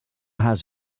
has